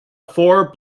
four